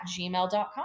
gmail.com